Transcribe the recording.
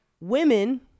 women